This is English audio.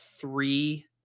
three